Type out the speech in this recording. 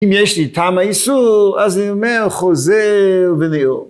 ‫אם יש לי טעם האיסור, ‫אז אני אומר "חוזר ונהיו".